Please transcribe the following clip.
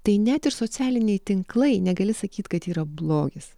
tai net ir socialiniai tinklai negali sakyt kad yra blogis